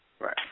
Right